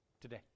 Today